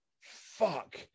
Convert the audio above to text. fuck